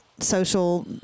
social